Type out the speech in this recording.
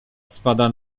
spada